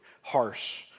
harsh